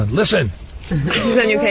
listen